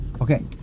Okay